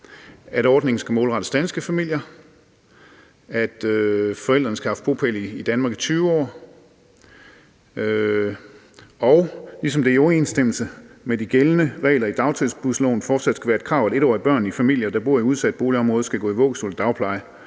at ordningen skal målrettes danske familier, at forældrene skal have haft bopæl i Danmark i 20 år, og at det i overensstemmelse med de gældende regler i dagtilbudsloven fortsat skal være et krav, at 1-årige børn i familier, der bor i udsatte boligområder, skal gå i vuggestue eller dagpleje